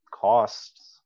costs